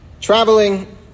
traveling